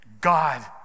God